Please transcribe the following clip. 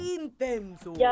Intenso